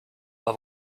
pas